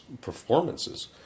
performances